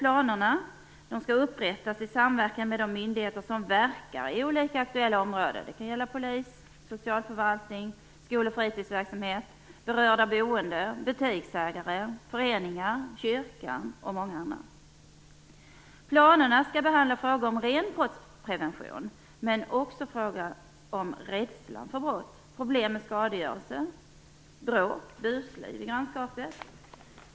Planerna skall upprättas i samverkan med de myndigheter som verkar inom olika aktuella områden. Det kan gälla polis, socialförvaltning, skol och fritidsverksamhet, berörda boende, butiksägare, föreningar, Kyrkan och många andra. Planerna skall behandla frågor om ren brottsprevention, men också frågor om rädsla för brott och om problem med skadegörelse, bråk och busliv i grannskapet.